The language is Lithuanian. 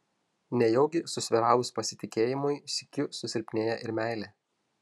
nejaugi susvyravus pasitikėjimui sykiu susilpnėja ir meilė